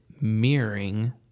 mirroring